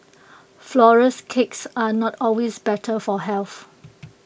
Flourless Cakes are not always better for health